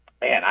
man